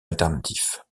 alternatif